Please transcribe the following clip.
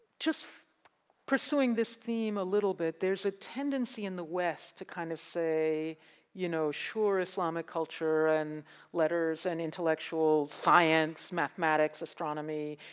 just pursuing this theme a little bit there's a tendency in the west to kind of say you know sure islamic culture and letters and intellectual science, mathematics, astronomy.